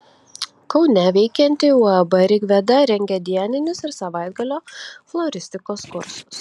kaune veikianti uab rigveda rengia dieninius ir savaitgalio floristikos kursus